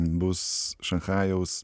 bus šanchajaus